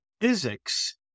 physics